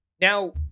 Now